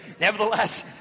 nevertheless